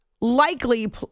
likely